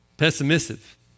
Pessimistic